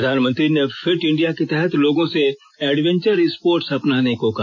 प्रधानमंत्री ने fit India के तहत लोगों से एडवेंचर स्पोर्टस अपनाने को कहा